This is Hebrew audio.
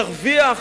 נרוויח